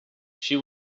she